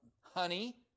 Honey